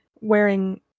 wearing